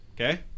Okay